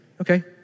Okay